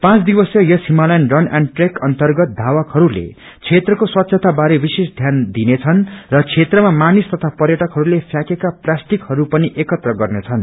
पाँच दिवसीय यस छिमालयन रन एण्ड ट्रेक अर्न्गत धावकहरूले क्षेत्रको स्वच्छता बारे विशेष ध्यान दिने छन् र क्षेत्रमा मानिस तथा पर्यटकहरूले फर्याँकेका प्लाष्टिकहरू पनि एकत्र गर्नेछन्